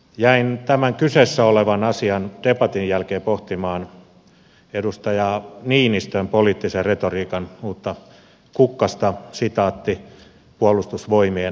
jäin tämän kyseessä olevan asian debatin jälkeen pohtimaan edustaja niinistön poliittisen retoriikan uutta kukkasta puolustusvoimien alasajo